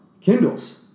Kindle's